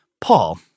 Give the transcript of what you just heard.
Paul